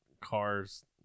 cars